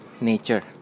nature